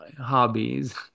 hobbies